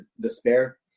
despair